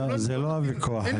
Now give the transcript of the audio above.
לא, זה לא הוויכוח היה.